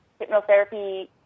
hypnotherapy